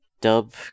Dub